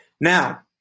Now